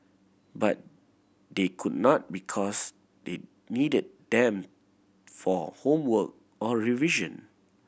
but they could not because they needed them for homework or revision